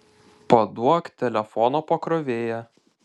paduok telefono pakrovėją